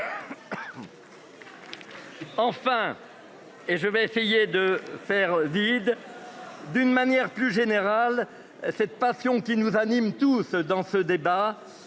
Enfin. Et je vais essayer de faire did. D'une manière plus générale. Cette passion qui nous anime tous dans ce débat,